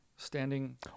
Standing